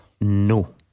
No